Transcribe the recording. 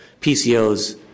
PCOs